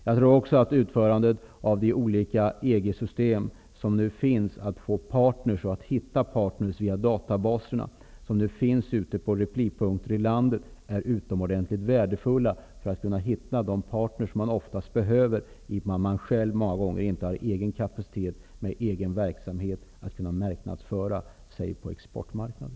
Jag tror också att införandet på olika replipunkter i landet av de olika EG-system som finns för att hitta handelspartner via databaser är utomordentligt värdefulla. Därigenom kan man hitta de handelspartner som man behöver, om man inte av egen kapacitet kan marknadsföra sig på exportmarknaden.